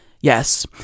Yes